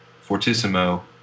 fortissimo